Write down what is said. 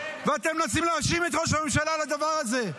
ואתם מנסים להאשים את ראש הממשלה על הדבר הזה.